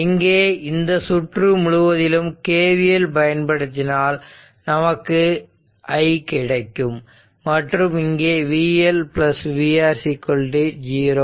இங்கே இந்த சுற்று முழுவதிலும் KVL பயன்படுத்தினால் நமக்கு I கிடைக்கும் மற்றும் இங்கே vL vR 0